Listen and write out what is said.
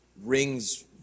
rings